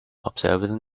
observing